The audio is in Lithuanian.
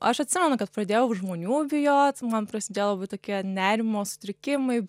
aš atsimenu kad pradėjau žmonių bijot man prasidėjo tokie nerimo sutrikimai